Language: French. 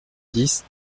dix